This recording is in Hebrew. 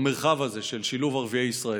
במרחב הזה, של שילוב ערביי ישראל.